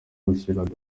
gushyigikira